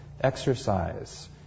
exercise